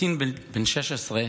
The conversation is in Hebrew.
קטין בן 16,